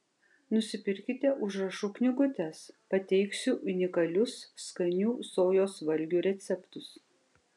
nusipirkite užrašų knygutes pateiksiu unikalius skanių sojos valgių receptus